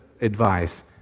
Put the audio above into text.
advice